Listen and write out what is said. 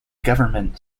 government